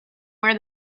where